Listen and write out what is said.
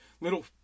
little